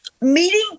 meeting